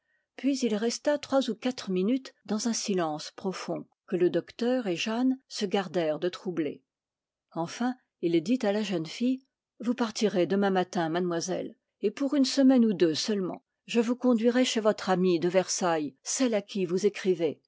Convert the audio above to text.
puis il resta trois ou quatre minutes dans un silence profond que le docteur et jeanne se gardèrent de troubler enfin il dit à la jeune fille vous partirez demain matin mademoiselle et pour une semaine ou deux seulement je vous conduirai chez votre amie de versailles celle à qui vous écrivez